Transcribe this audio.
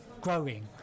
growing